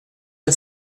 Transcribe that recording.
est